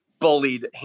bullied